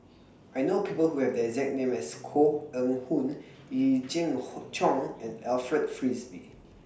I know People Who Have The exact name as Koh Eng Hoon Yee Jenn Jong and Alfred Frisby